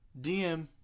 DM